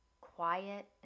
quiet